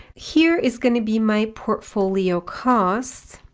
here is going to be my portfolio costs,